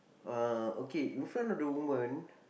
uh okay in front of the woman